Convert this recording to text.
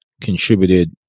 contributed